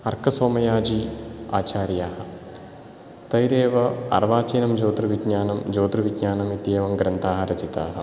अर्कसोमयाजी आचार्यः तैरेव अर्वाचीनं ज्योतिर्विज्ञानं ज्योतिर्विज्ञानम् इत्येवं ग्रन्थाः रचिताः